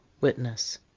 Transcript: witness